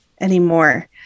anymore